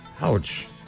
Ouch